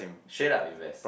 straight up invest